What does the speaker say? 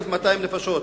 1,200 נפשות,